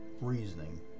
reasoning